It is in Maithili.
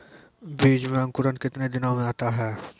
बीज मे अंकुरण कितने दिनों मे आता हैं?